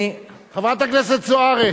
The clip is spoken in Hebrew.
חברת הכנסת זוארץ,